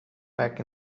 back